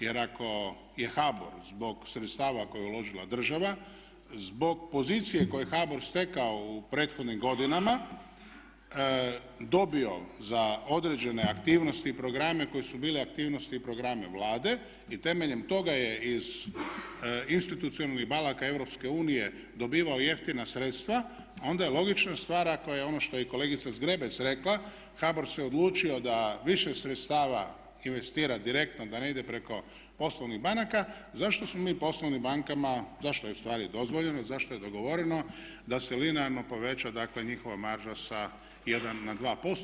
Jer, ako je HBOR-u zbog sredstava koje je uložila država, zbog pozicije koje je HBOR stekao u prethodnim godinama dobio za određene aktivnosti i programe koje su bile aktivnosti i programe Vlade i temeljem toga je iz institucionalnih banaka EU dobivao jeftina sredstva, a onda je logična stvar ako je ono što je i kolegica Zgrebec rekla HBOR se odlučio da više sredstava investira direktno, da ne ide preko poslovnih banaka zašto smo mi poslovnim bankama, zašto je u stvari dozvoljeno, zašto je dogovoreno da se linearno poveća, dakle njihova marža sa jedan na dva posto.